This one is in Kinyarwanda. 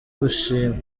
gushimwa